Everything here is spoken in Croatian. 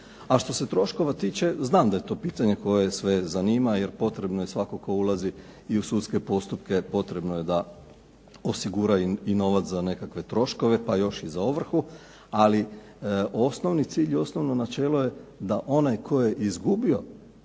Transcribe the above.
A što se troškova tiče, znam da je to pitanje koje sve zanima jer potrebno je svatko tko ulazi i u sudske postupke potrebno je da osigura i novac za nekakve troškove pa još i za ovrhu, ali osnovni cilj i osnovno načelo je da onaj tko je izgubio